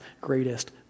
greatest